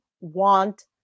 want